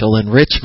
enrichment